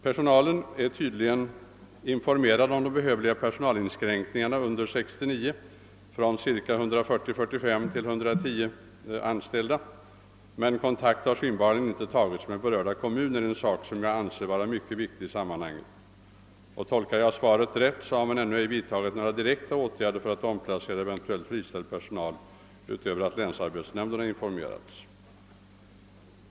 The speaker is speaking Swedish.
Personalen är tydligen informerad om de nödvändiga personalinskränkningarna under 1969 — från cirka 140 till 110 anställda — men kontakt har synbarligen inte tagits med berörda kommuner, en sak som jag anser vara viktig i sammanhanget. Om jag har tolkat svaret rätt, så har man ännu inte vidtagit några direkta åtgär der för att omplacera eventuellt friställd personal, utöver åtgärden att informera länsarbetsnämnden.